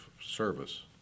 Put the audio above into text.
service